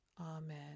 Amen